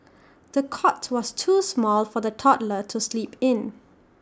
the cot was too small for the toddler to sleep in